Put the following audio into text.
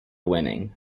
winning